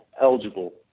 eligible